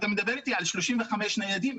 ואתה מדבר איתי על 35 מחשבים נייחים?